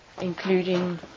including